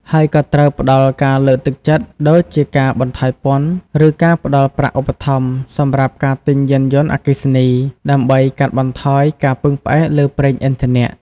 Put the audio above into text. ហើយក៏ត្រូវផ្តល់ការលើកទឹកចិត្តដូចជាការបន្ថយពន្ធ ឬការផ្តល់ប្រាក់ឧបត្ថម្ភសម្រាប់ការទិញយានយន្តអគ្គិសនី ដើម្បីកាត់បន្ថយការពឹងផ្អែកលើប្រេងឥន្ធនៈ។